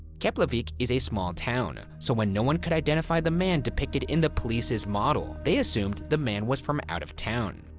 keflavik is a small town, so when no one could identify the man depicted in the police's model, they assumed the man was from out of town.